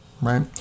right